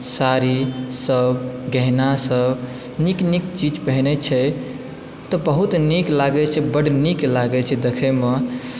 साड़ीसभ गहनासभ नीक नीक चीज पहिनैत छै तऽ बहुत नीक लागैत छै बड्ड नीक लागैत छै देखयमे